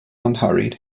unhurried